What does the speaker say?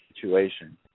situation